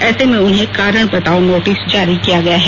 ऐसे में उन्हें कारण बताओ नोटिस जारी किया गया है